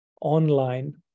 online